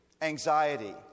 anxiety